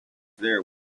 there